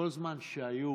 כל זמן שהיו